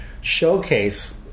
showcase